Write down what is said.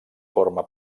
forma